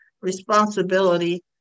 responsibility